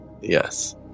Yes